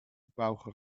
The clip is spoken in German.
bauch